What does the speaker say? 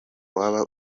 waba